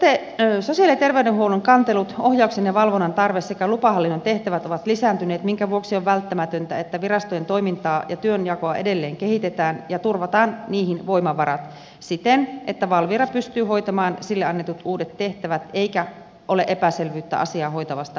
sosiaali ja terveydenhuollon kantelut ohjauksen ja valvonnan tarve sekä lupahallinnon tehtävät ovat lisääntyneet minkä vuoksi on välttämätöntä että virastojen toimintaa ja työnjakoa edelleen kehitetään ja turvataan niihin voimavarat siten että valvira pystyy hoitamaan sille annetut uudet tehtävät eikä ole epäselvyyttä asiaa hoitavasta viranomaisesta